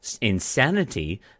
insanity